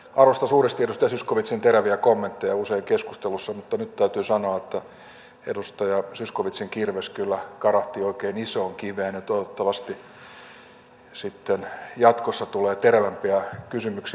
arvostan suuresti edustaja zyskowiczin teräviä kommentteja usein keskustelussa mutta nyt täytyy sanoa että edustaja zyskowiczin kirves kyllä karahti oikein isoon kiveen ja toivottavasti sitten jatkossa tulee terävämpiä kysymyksiä